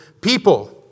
people